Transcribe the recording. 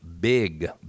big